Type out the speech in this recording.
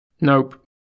Nope